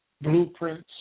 blueprints